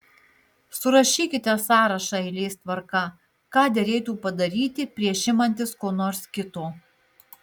surašykite sąrašą eilės tvarka ką derėtų padaryti prieš imantis ko nors kito